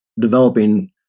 developing